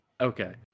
Okay